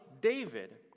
David